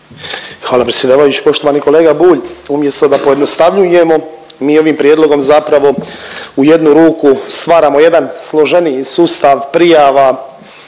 Hvala predsjedavajući. Poštovani kolega Bulj umjesto da pojednostavljujemo mi ovim prijedlogom zapravo u jednu ruku stvaramo jedan složeniji sustav prijava